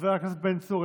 חבר הכנסת בן צור,